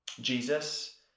Jesus